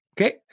Okay